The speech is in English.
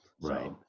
Right